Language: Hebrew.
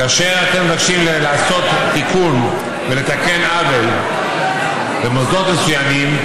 כאשר אתם מבקשים לעשות תיקון ולתקן עוול במוסדות מסוימים,